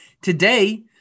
Today